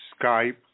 Skype